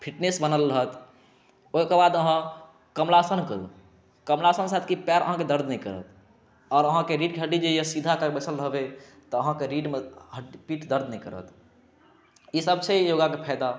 fitness बनल रहत ओकर बाद अहाँ कमलासन करूँ कमलासनसँ होयत की पैर अहाँकेॅं दर्द नहि करत आ अहाँकेॅं रीढ़क हड्डी अहाँ सीधा बैसल रहबै तऽ अहाँकेॅं रीढ़मे पीठ दर्द नहि करत ई सभ छै योगाक फायदा